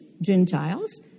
Gentiles